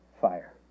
fire